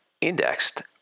Indexed